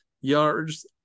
yards